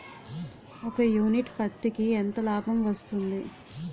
ఒక యూనిట్ పత్తికి ఎంత లాభం వస్తుంది?